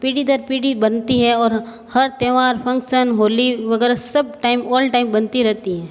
पीढ़ी दर पीढ़ी बनती है और हर त्यौहार फंक्शन होली वगैरह सब टाइम ऑल टाइम बनती रहती है